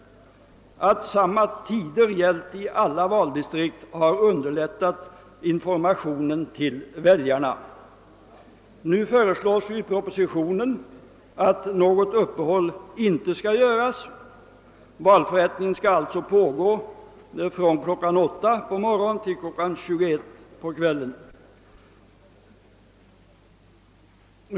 Att samma tider gällt i alla valdistrikt har underlättat informationen till väljarna. Nu föreslås i pro positionen att något uppehåll inte skall göras; valförrättningen skall alltså pågå från kl. 8 på morgonen till kl. 21 på kvällen.